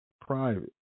private